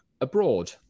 abroad